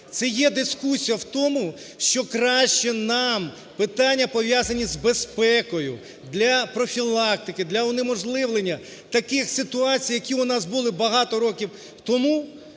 це є дискусія в тому, що краще нам питання, пов'язані з безпекою, для профілактики, для унеможливлення таких ситуацій, які у нас були багато років тому,